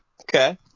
Okay